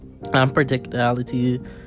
unpredictability